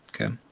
Okay